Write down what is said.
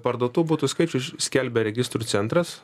parduotų butų skaičius skelbia registrų centras